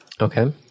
Okay